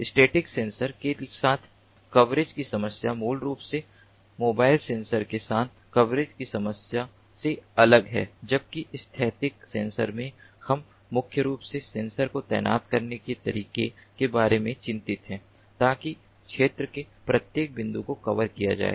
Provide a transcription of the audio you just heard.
static sensor के साथ coverage की समस्या मूल रूप से मोबाइल सेंसर के साथ कवरेज की समस्या से अलग है जबकि स्थैतिक सेंसर में हम मुख्य रूप से सेंसर को तैनात करने के तरीके के बारे में चिंतित हैं ताकि क्षेत्र के प्रत्येक बिंदु को कवर किया जाए